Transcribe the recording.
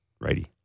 righty